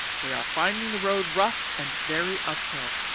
we are finding the road rough and very uphill.